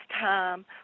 time